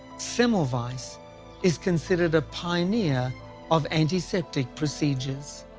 semmelweis is is considered a pioneer of antiseptic procedures.